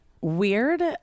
Weird